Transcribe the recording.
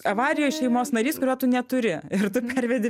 avarijoj šeimos narys kurio tu neturi ir tu pervedi